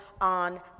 on